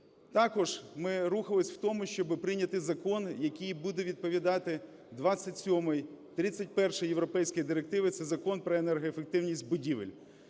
Також ми рухались в тому, щоби прийняти закон, який буде відповідати 27-й, 31-й європейській директиві, це Закон "Про енергоефективність будівель".